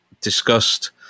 discussed